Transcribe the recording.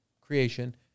creation